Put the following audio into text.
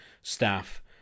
staff